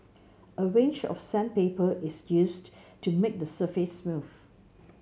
a range of sandpaper is used to make the surface smooth